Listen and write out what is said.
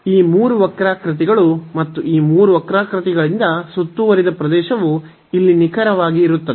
ಈ ಮೂರು ವಕ್ರಾಕೃತಿಗಳು ಮತ್ತು ಈ ಮೂರು ವಕ್ರಾಕೃತಿಗಳಿಂದ ಸುತ್ತುವರಿದ ಪ್ರದೇಶವು ಇಲ್ಲಿ ನಿಖರವಾಗಿ ಇರುತ್ತದೆ